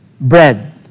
bread